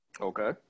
Okay